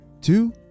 two